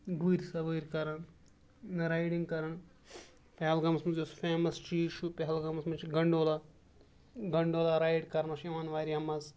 گُرۍ سوٲرۍ کَران رایڈِنٛگ کَران پہلگامَس منٛز یۄس فیمَس چیٖز چھُ پہلگامَس منٛز چھِ گَنڈولا گنڈولا رایِڈ کَرنَس چھُ یِوان واریاہ مَزٕ